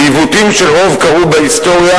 ועיוותים של רוב קרו בהיסטוריה.